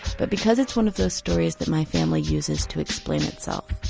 but because it's one of those stories that my family uses to explain itself.